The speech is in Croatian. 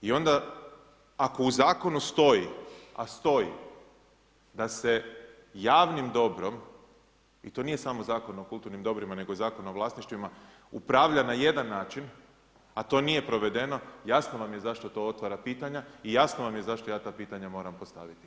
I onda ako u zakonu stoji, a stoji, da se javnim dobrom, to nije samo Zakon o kulturnim dobrima, nego i Zakon o vlasništvima, upravlja na jedan način, a to nije provedeno, jasno vam je zašto to otvara pitanja i jasno vam je zašto ja ta pitanja moram postaviti.